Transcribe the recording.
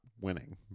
winning